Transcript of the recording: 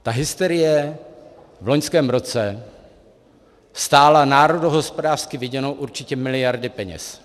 Ta hysterie v loňském roce stála národohospodářsky viděno určitě miliardy peněz.